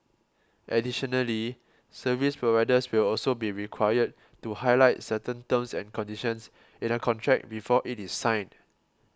additionally service providers will also be required to highlight certain terms and conditions in a contract before it is signed